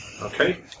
Okay